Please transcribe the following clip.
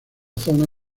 zona